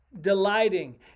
delighting